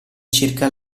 circa